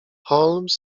holmes